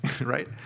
Right